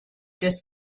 des